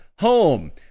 home